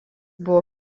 buvo